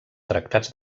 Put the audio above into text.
tractats